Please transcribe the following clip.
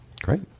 Great